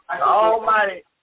Almighty